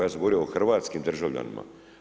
Ja sam govorio o hrvatskim državljanima.